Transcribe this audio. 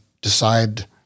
decide